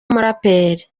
umuraperi